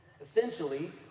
Essentially